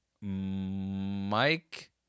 Mike